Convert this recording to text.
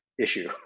issue